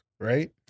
Right